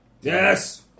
Yes